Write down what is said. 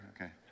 Okay